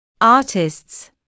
artists